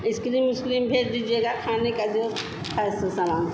ice cream उस्क्रीम भेज दीजिएगा खाने का जो है स समान सब